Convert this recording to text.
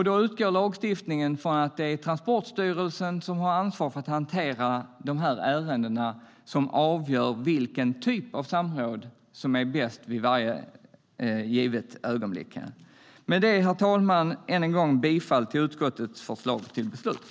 Då utgår lagstiftningen från att det är Transportstyrelsen - som har ansvar för att hantera de här ärendena - som avgör vilken typ av samråd som är bäst vid varje givet ögonblick. Med detta, herr talman, vill jag än en gång yrka bifall till utskottets förslag till beslut.